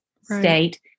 state